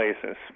places